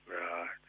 Right